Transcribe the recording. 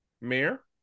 mayor